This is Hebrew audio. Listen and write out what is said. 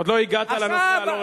עוד לא הגעת לנושא הלא-רציני.